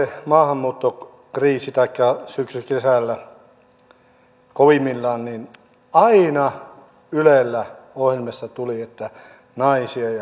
kun syyskesällä oli se maahanmuuttokriisi kovimmillaan niin aina ylellä ohjelmassa tuli että naisia ja lapsia